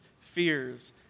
fears